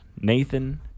Nathan